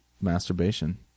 masturbation